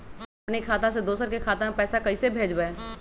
हम अपने खाता से दोसर के खाता में पैसा कइसे भेजबै?